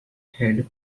head